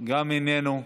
גם הוא איננו,